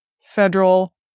federal